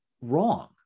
wrong